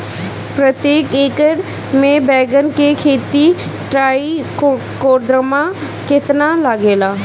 प्रतेक एकर मे बैगन के खेती मे ट्राईकोद्रमा कितना लागेला?